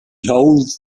holds